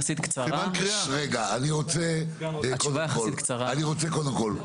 רגע אני רוצה קודם כל,